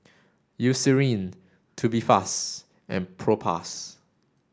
Eucerin Tubifast and Propass